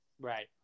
Right